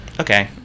Okay